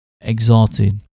exalted